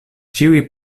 ĉiuj